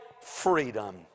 freedom